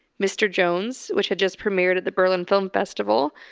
mr. jones, which had just premiered at the berlin film festival,